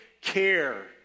care